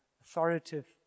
authoritative